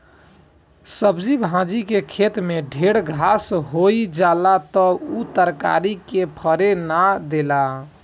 सब्जी भाजी के खेते में ढेर घास होई जाला त उ तरकारी के फरे ना देला